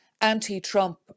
anti-Trump